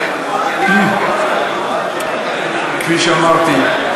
כפי שאמרתי,